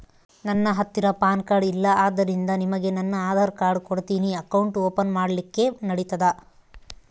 ನನ್ನ ಹತ್ತಿರ PAN card ಇಲ್ಲ ಆದ್ದರಿಂದ ನಿಮಗೆ ನನ್ನ ಆಧಾರ್ ಕಾರ್ಡ್ ಕೊಡ್ತೇನಿ ಅಕೌಂಟ್ ಓಪನ್ ಮಾಡ್ಲಿಕ್ಕೆ ನಡಿತದಾ?